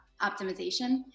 optimization